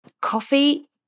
Coffee